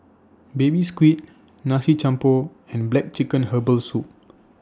Baby Squid Nasi Campur and Black Chicken Herbal Soup